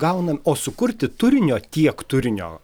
gauname o sukurti turinio tiek turinio